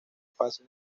fase